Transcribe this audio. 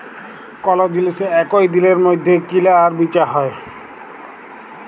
call জিলিস একই দিলের মইধ্যে কিলা আর বিচা হ্যয়